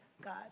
God